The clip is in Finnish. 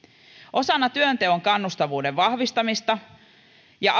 osana työnteon kannustavuuden vahvistamista ja